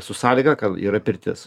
su sąlyga kad yra pirtis